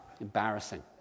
embarrassing